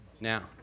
Now